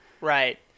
right